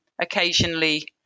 occasionally